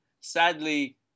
sadly